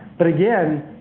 but, again,